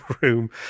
room